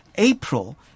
April